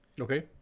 Okay